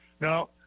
no